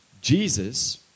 Jesus